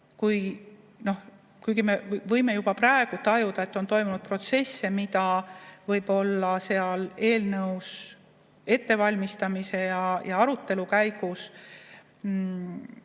kui me võime juba praegu tajuda, et on toimunud protsesse, mida võib-olla eelnõu ettevalmistamise ja arutelu käigus